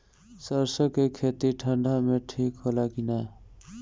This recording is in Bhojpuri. सरसो के खेती ठंडी में ठिक होला कि ना?